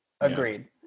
Agreed